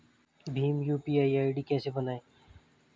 Bhim UPI ID कैसे बनाएं?